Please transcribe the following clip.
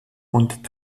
und